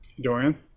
Dorian